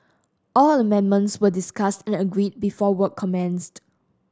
all amendments were discussed and agreed before work commenced